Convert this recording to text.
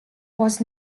was